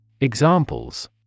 Examples